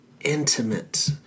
intimate